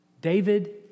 David